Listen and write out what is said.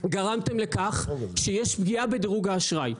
גרמתם לכך שיש פגיעה בדירוג האשראי.